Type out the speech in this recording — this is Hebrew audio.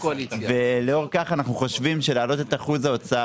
ולאור כך אנחנו חושבים שלהעלות את אחוז ההוצאה